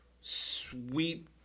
sweet